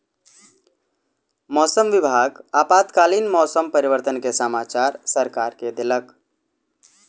मौसम विभाग आपातकालीन मौसम परिवर्तन के समाचार सरकार के देलक